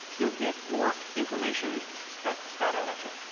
you will get more information spat spat out at you.